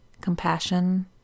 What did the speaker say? compassion